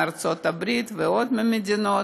מארצות הברית ומעוד מדינות.